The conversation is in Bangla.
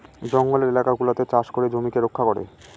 জঙ্গলের এলাকা গুলাতে চাষ করে জমিকে রক্ষা করে